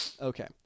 Okay